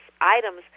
items